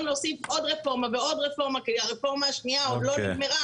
להוסיף עוד רפורמה ועוד רפורמה כשהקודמת לא נגמרה